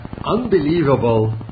Unbelievable